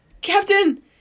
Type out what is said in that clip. Captain